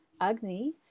agni